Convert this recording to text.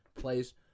plays